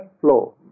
flow